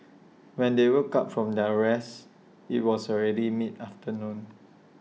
when they woke up from their rest IT was already mid afternoon